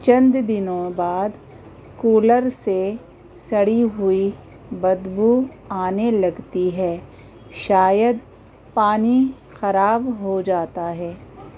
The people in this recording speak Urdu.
چند دنوں بعد کولر سے سڑی ہوئی بدبو آنے لگتی ہے شاید پانی خراب ہو جاتا ہے